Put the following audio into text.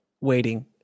waiting